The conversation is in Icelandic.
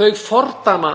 Þau fordæma